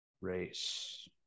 race